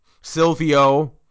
Silvio